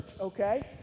okay